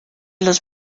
los